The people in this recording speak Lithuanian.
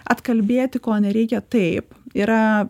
atkalbėti ko nereikia taip yra